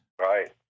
Right